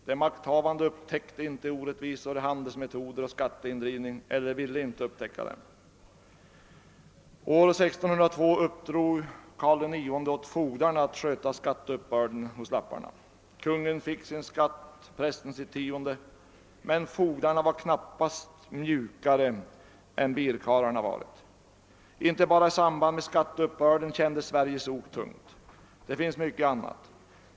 De makthavande upptäckte inte orättvisor i handelsmetoder eller skatteindrivning — eller ville inte upptäcka dem. År 1602 uppdrog Karl IX åt fogdarna att sköta skatteuppbör den hos lapparna. Kungen fick sin skatt, prästen sitt tionde, men fogdarna var knappast mjukare än birkarlarna varit. Men inte bara i samband med skatteuppbörden kändes Sveriges ok tungt. Det fanns mycket annat.